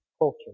culture